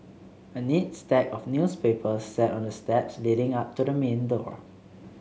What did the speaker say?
a neat stack of newspapers sat on the steps leading up to the main door